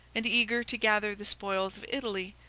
and eager to gather the spoils of italy,